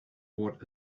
bought